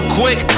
quick